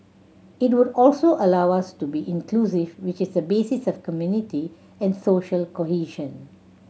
it would also allow us to be inclusive which is the basis of community and social cohesion